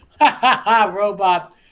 Robot